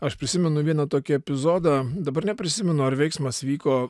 aš prisimenu vieną tokį epizodą dabar neprisimenu ar veiksmas vyko